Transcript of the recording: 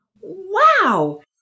Wow